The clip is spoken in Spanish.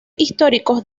históricos